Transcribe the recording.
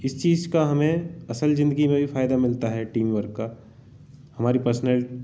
इस चीज़ का हमें असल ज़िंदगी में भी फायदा मिलता है टीमवर्क का हमारी पर्सनल